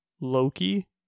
Loki